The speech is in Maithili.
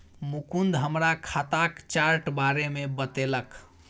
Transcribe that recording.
मुकुंद हमरा खाताक चार्ट बारे मे बतेलक